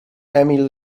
emil